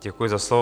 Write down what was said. Děkuji za slovo.